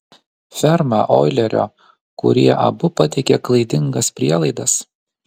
ferma oilerio kurie abu pateikė klaidingas prielaidas